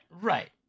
right